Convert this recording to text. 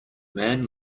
man